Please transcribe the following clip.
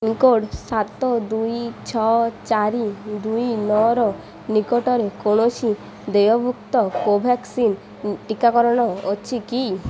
pincode ସାତ ଦୁଇ ଛଅ ଚାରି ଦୁଇ ନଅର ନିକଟରେ କୌଣସି ଦେୟଭୁକ୍ତ କୋଭ୍ୟାକ୍ସିନ୍ ଟିକାକରଣ କେନ୍ଦ୍ର ଅଛି କି